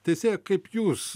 teisėja kaip jūs